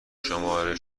شماره